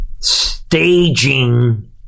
staging